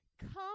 Come